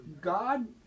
God